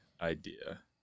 idea